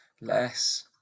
less